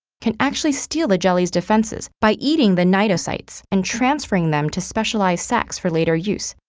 can actually steal the jelly's defenses by eating the cnidocytes and transferring them to specialized sacks for later use,